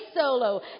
solo